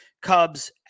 Cubs